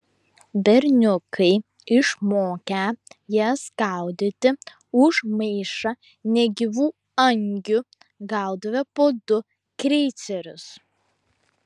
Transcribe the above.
berniukai išmokę jas gaudyti už maišą negyvų angių gaudavę po du kreicerius